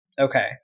Okay